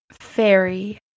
Fairy